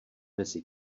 mezi